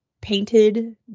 painted